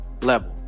level